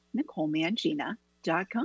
nicolemangina.com